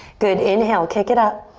good, inhale, kick it up.